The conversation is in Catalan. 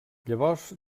llavors